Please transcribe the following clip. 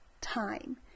time